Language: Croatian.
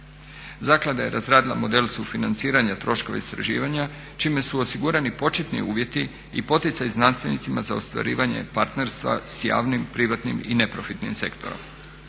Zaklada je razradila model sufinanciranja troškova istraživanja čime su osigurani početni uvjeti i poticaj znanstvenicima za ostvarivanje partnerstva s javnim, privatnim i neprofitnim sektorom.